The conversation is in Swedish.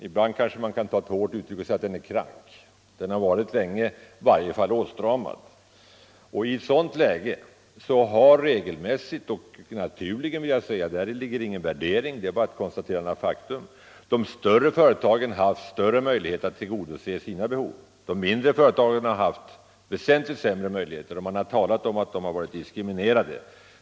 Ibland kan den t.o.m. med ett hårt ord betecknas som krank. I varje fall har den sedan länge varit åtstramad. I ett sådant läge har regelmässigt och naturligen — däri ligger ingen värdering utan bara ett konstaterande av faktum — de större företagen haft bättre möjlighet att tillgodose sina behov. De mindre företagen har haft väsentligt sämre möjligheter. Det har sagts att de mindre företagen har varit diskriminerade.